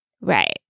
Right